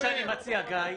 מה שאני מציע, גיא,